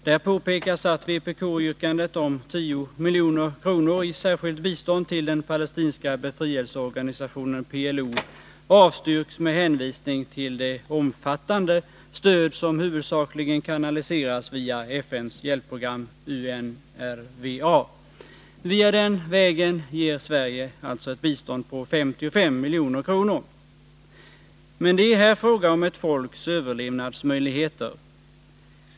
Där påpekas att vpk-yrkandet om 10 milj.kr. i särskilt bistånd till den palestinska befrielseorganisationen PLO avstyrks med hänvisning till det omfattande stöd som huvudsakligen kanaliseras via FN:s hjälpprogram UNRWA. Via den vägen ger Sverige alltså ett bistånd på 55 milj.kr. Men det är här fråga om ett folks överlevnadsmöjligheter.